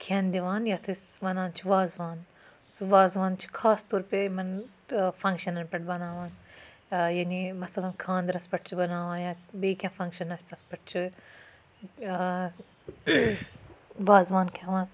کھٮ۪ن دِوان یَتھ أسۍ وَنان چھِ وازوان سُہ وازوان چھِ خاص طور پے یِمَن فَنٛگشَنَن پیٹھ بَناوان یعنٕے مَثَلن خاندرَس پیٹھ چھِ بَناوان یا بیٚیہِ کینٛہہ فَنٛگشَن آسہِ تَتھ پیٹھ چھُ وازوان کھیٚوان